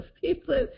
people